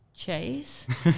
Chase